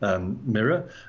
mirror